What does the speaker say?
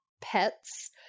pets